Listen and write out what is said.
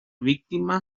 víctima